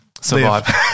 survive